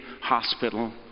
hospital